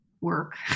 work